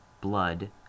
blood